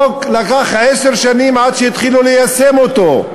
לקח עשר שנים עד שהתחילו ליישם אותו,